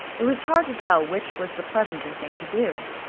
it was hard to tell which was the pleasanter thing to do.